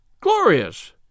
Glorious